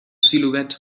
silhouet